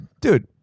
Dude